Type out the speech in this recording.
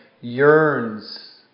yearns